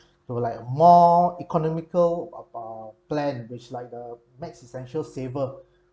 to a like more economical uh p~ plan uh which like the max essential saver